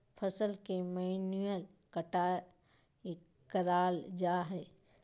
फसल के मैन्युअल कटाय कराल जा हइ